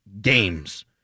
games